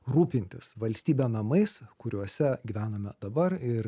rūpintis valstybe namais kuriuose gyvename dabar ir